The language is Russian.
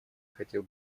хотел